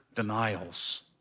denials